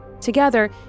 Together